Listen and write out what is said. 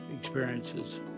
experiences